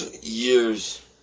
Years